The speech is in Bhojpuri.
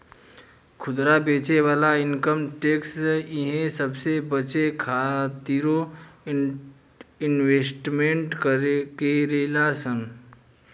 खुदरा बेचे वाला इनकम टैक्स इहे सबसे बचे खातिरो इन्वेस्टमेंट करेले सन